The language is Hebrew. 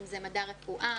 אם זה מדע רפואה,